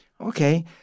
Okay